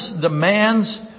demands